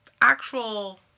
actual